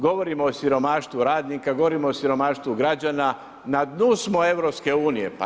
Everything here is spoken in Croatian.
Govorim o siromaštvu radnika, govorim o siromaštvu građana, na dnu smo EU-a.